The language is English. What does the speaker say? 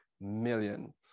million